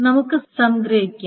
നമുക്ക് സംഗ്രഹിക്കാം